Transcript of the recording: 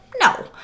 No